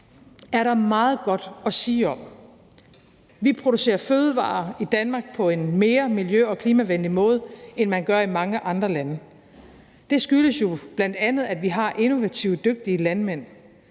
er der meget godt at sige om. Vi producerer fødevarer i Danmark på en mere miljø- og klimavenlig måde, end man gør i mange andre lande. Det skyldes bl.a., at vi har innovative, dygtige landmænd,